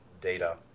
data